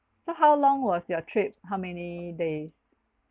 so how long was your trip how many days